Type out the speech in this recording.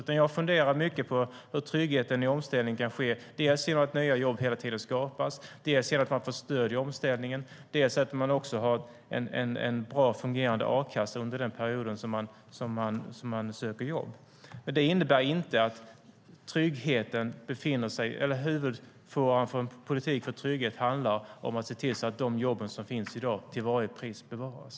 Jag funderar mycket på hur man kan få trygghet i omställningen, dels genom att nya jobb hela tiden skapas, dels genom att man får stöd i omställningen och också har en bra, fungerande a-kassa under tiden då man söker jobb. Men det innebär inte att en politik för trygghet handlar om att se till att de jobb som finns i dag till varje pris bevaras.